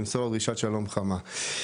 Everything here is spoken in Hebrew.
תמסור דרישת שלום חמה.